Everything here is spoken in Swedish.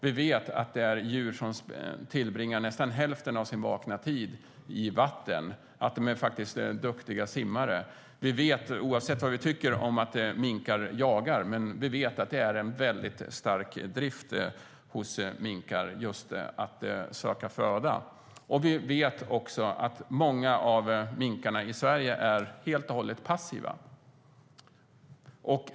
Vi vet att det är djur som tillbringar nästan hälften av sin vakna tid i vatten och är duktiga simmare. Vi vet, oavsett vad vi tycker om att minkar jagar, att det finns en väldigt stark drift hos minkar att söka föda. Vi vet också att många av minkarna i Sverige är helt och hållet passiva.